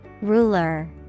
Ruler